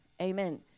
Amen